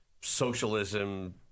socialism